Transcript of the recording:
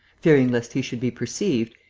fearing lest he should be perceived,